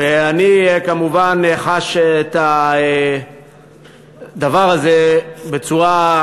ואני כמובן חש את הדבר הזה בצורה,